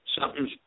Something's